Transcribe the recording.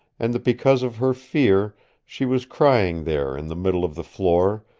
and that because of her fear she was crying there in the middle of the floor,